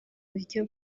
buryo